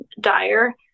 dire